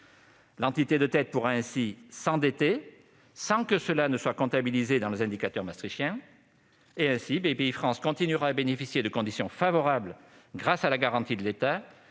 L'entité de tête pourra ainsi s'endetter sans que cela soit comptabilisé dans les indicateurs maastrichtiens. Bpifrance continuera donc de bénéficier de conditions favorables grâce à la garantie de l'État